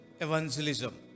evangelism